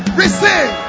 receive